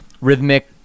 rhythmic